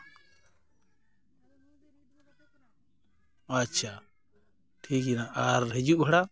ᱟᱪᱪᱷᱟ ᱴᱷᱤᱠ ᱜᱮᱭᱟ ᱟᱨ ᱦᱤᱡᱩᱜ ᱵᱷᱟᱲᱟ